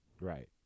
Right